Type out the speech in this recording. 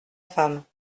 femme